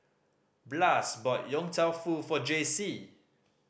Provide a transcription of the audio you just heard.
Blas bought Yong Tau Foo for Jaycee